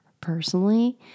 personally